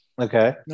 Okay